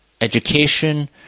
education